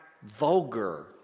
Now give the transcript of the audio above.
vulgar